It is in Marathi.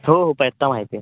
हो हो पत्ता माहीत आहे